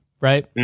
right